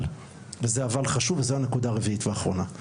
אבל, וזה אבל חשוב וזו הנקודה הרביעית ואחרונה.